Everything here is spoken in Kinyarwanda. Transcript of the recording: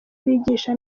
bigisha